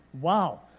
Wow